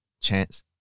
Chance